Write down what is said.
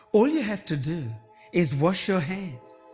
all you have to do is wash your hands.